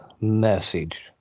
message